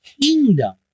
kingdom